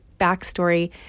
backstory